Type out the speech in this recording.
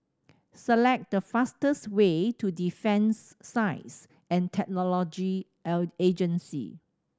select the fastest way to Defence Science and Technology Agency